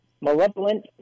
malevolent